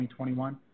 2021